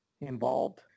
involved